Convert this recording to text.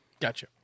Gotcha